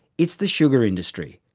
it's the sugar industry.